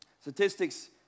statistics